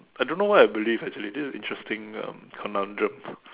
I don't know what I believe actually this is interesting um conundrum